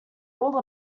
all